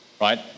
right